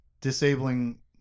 disabling